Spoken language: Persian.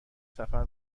سفر